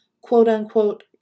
quote-unquote